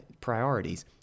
priorities